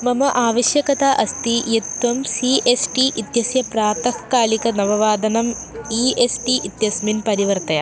मम आवश्यकता अस्ति यत् त्वं सी एस् टी इत्यस्य प्रातःकालिकनववादनम् ई एस् टी इत्यस्मिन् परिवर्तय